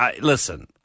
listen